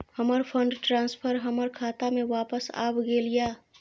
हमर fund transfer हमर खाता में वापस आब गेल या